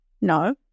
No